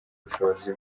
bushobozi